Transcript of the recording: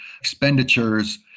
expenditures